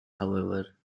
however